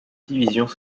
divisions